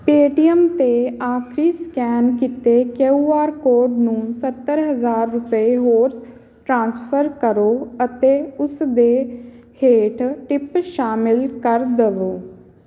Paytm 'ਤੇ ਆਖਰੀ scan ਕੀਤੇ ਕਿਊ ਆਰ ਕੋਡ ਨੂੰ ਸੱਤਰ ਹਜ਼ਾਰ ਰੁਪਏ ਹੋਰ ਟ੍ਰਾਂਸਫਰ ਕਰੋ ਅਤੇ ਉਸ ਦੇ ਹੇਠ ਟਿੱਪ ਸ਼ਾਮਿਲ ਕਰ ਦੇਵੋ